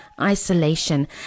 isolation